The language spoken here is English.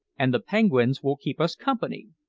and the penguins will keep us company.